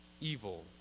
evil